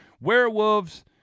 werewolves